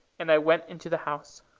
and i went into the house.